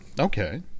Okay